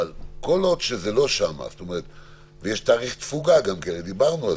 אבל כל עוד זה לא שם ויש תאריך תפוגה דיברנו על